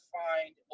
find